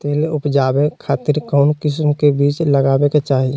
तिल उबजाबे खातिर कौन किस्म के बीज लगावे के चाही?